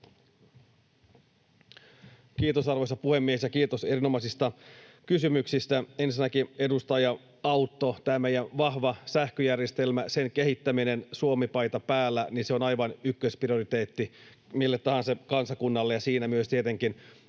Kiitos, arvoisa puhemies, ja kiitos erinomaisista kysymyksistä. Ensinnäkin, edustaja Autto, tämä meidän vahva sähköjärjestelmä, sen kehittäminen Suomi-paita päällä, on aivan ykkösprioriteetti mille tahansa kansakunnalle. Siinä myös tietenkin